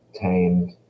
tamed